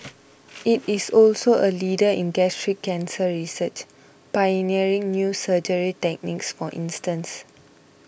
it is also a leader in gastric cancer research pioneering new surgery techniques for instance